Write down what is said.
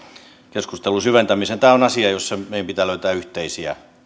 keskustelun syventämiseen tämä on asia jossa meidän pitää löytää yhteisiä